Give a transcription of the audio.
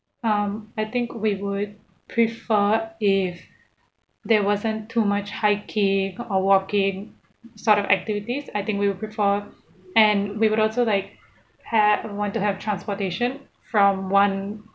um I think we would prefer if there wasn't too much hiking or walking sort of activities I think we will prefer and we would also like have want to have transportation from one